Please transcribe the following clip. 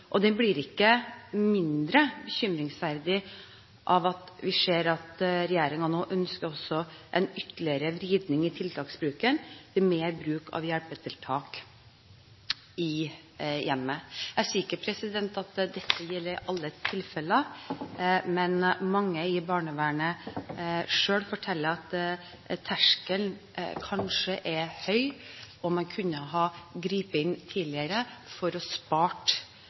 blir ikke mindre bekymringsfull av at også regjeringen nå ønsker en ytterligere vridning i tiltaksbruken, til mer bruk av hjelpetiltak i hjemmet. Jeg sier ikke at dette gjelder i alle tilfellene, men mange i barnevernet forteller at terskelen kanskje er høy, og at man kunne ha grepet inn tidligere for å